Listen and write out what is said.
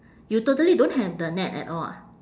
you totally don't have the net at all ah